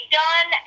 done